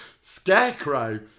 scarecrow